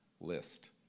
list